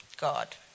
God